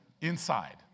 inside